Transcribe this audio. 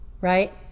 right